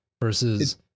versus